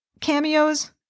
cameos